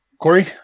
Corey